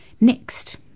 next